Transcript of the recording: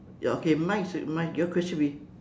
ya okay mine is mine your question be